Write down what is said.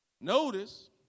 Notice